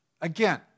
again